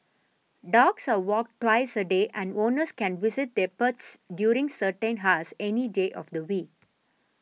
dogs are walk twice a day and owners can visit their pets during certain hours any day of the week